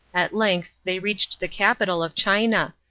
at length they reached the capital of china,